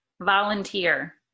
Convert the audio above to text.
Volunteer